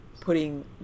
putting